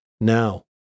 Now